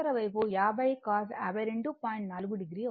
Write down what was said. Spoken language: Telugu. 40 అవుతుంది